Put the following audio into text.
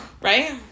Right